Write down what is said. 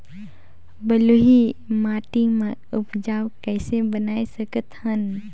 बलुही माटी ल उपजाऊ कइसे बनाय सकत हन?